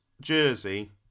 jersey